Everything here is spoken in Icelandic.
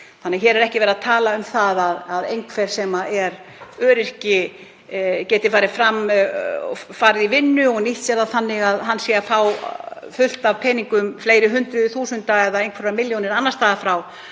Íslands.“ Hér er ekki verið að tala um að einhver sem er öryrki geti farið í vinnu og nýtt sér það þannig að hann sé að fá fullt af peningum, fleiri hundruð þúsunda eða einhverjar milljónir annars staðar frá